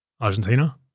Argentina